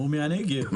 הוא מהנגב.